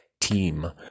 team